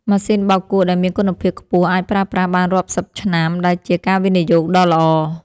ម៉ាស៊ីនបោកគក់ដែលមានគុណភាពខ្ពស់អាចប្រើប្រាស់បានរាប់សិបឆ្នាំដែលជាការវិនិយោគដ៏ល្អ។